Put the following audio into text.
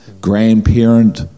grandparent